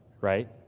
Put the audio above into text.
right